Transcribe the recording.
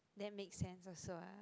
that makes sense also ah